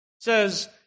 says